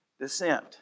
descent